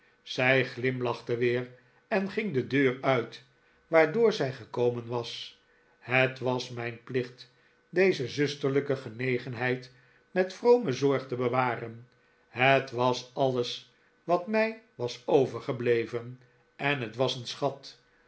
zij glimlachte weer en ging de deur uit waardoor zij gekomen was het was mijn plicht deze zusterlijke genegenheid met vrome zorg te bewaren het was alles wat mij was overgebleven en het was een schat